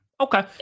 okay